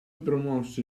promosse